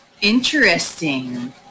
Interesting